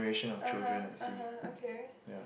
(uh huh) (uh huh) okay